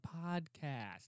podcast